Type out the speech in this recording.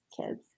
kids